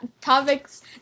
topics